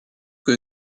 que